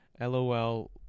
LOL